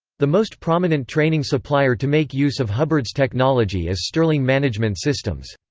the most prominent training supplier to make use of hubbard's technology is sterling management systems.